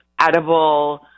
edible